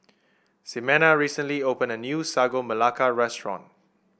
Ximena recently opened a new Sagu Melaka restaurant